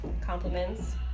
compliments